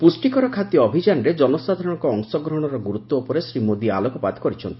ପୁଷ୍ଟିକର ଖାଦ୍ୟ ଅଭିଯାନରେ ଜନସାଧାରଣଙ୍କ ଅଂଶଗ୍ରହଣର ଗୁରୁତ୍ୱ ଉପରେ ଶ୍ରୀ ମୋଦି ଆଲୋକପାତ କରିଛନ୍ତି